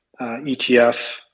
ETF